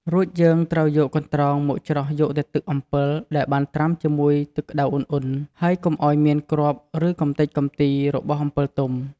រួចយើងត្រូវយកកន្ត្រងមកច្រោះយកតែទឹកអំពិលដែលបានត្រាំជាមួយទឹកក្ដៅឧណ្ហៗ ហើយកុំអោយមានគ្រាប់ឬកម្ទេចកម្ទីរបស់អំពិលទុំ។